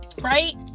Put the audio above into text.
Right